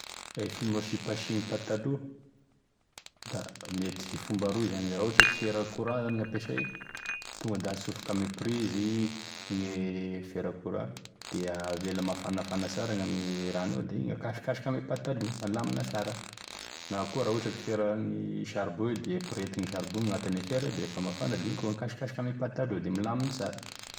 Gne fomba fimpasiagna patalo da mety i fomba roy zany, raha ohatra hoe ka fera courant zany gn'ampesay tonga ansofoky ame prizy gne fera courant da avela mafanafana tsara e raha gnao da igny gn'akasokasoky ame patalo da alamina sara, na koa raha ohatra ka feran'ny saribô io da ampiretigny e saribô agnatin'e fera da rehefa mafana izy da iny koa hakasokasoka ame patalo da milaminy sara.